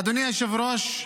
אדוני היושב-ראש,